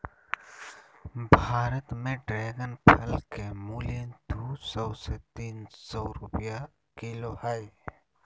भारत में ड्रेगन फल के मूल्य दू सौ से तीन सौ रुपया किलो हइ